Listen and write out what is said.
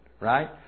right